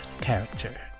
character